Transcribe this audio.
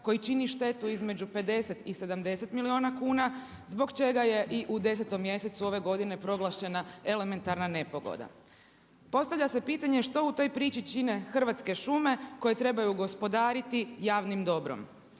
koji čini štetu između 50 i 70 milijuna kuna, zbog čega je i u 10. mjesecu ove godine proglašena elementarna nepogoda. Postavlja se pitanje što u toj priči čini Hrvatske šume koje trebaju gospodariti javnim dobrom?